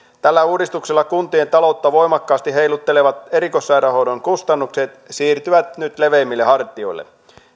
tällä uudistuksella kuntien taloutta voimakkaasti heiluttelevat erikoissairaanhoidon kustannukset siirtyvät nyt leveämmille hartioille